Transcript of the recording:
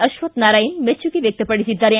ಅಶ್ವಕ್ಷನಾರಾಯಣ ಮೆಚ್ಚುಗೆ ವ್ಯಕ್ತಪಡಿಸಿದ್ದಾರೆ